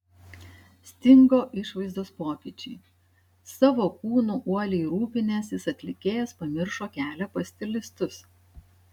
stingo išvaizdos pokyčiai savo kūnu uoliai rūpinęsis atlikėjas pamiršo kelią pas stilistus